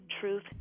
truth